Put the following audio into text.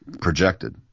projected